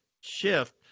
shift